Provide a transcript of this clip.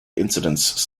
incidents